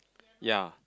ya